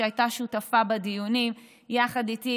שהייתה שותפה בדיונים יחד איתי,